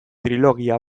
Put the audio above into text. trilogia